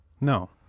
no